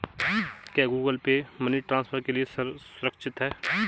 क्या Google Pay money transfer के लिए सुरक्षित है?